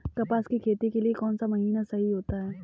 कपास की खेती के लिए कौन सा महीना सही होता है?